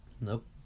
nope